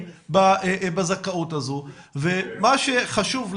לבדוק את הדרך איך אנחנו מנגישים את הארוחות החמות שיש